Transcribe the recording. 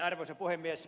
arvoisa puhemies